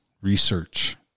research